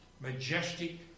majestic